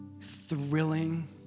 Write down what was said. thrilling